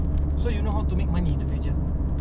but itu kan sejuk panas uh pelan kan